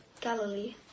galilee